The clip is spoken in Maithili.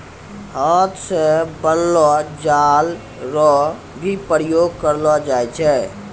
हाथ से बनलो जाल रो भी प्रयोग करलो जाय छै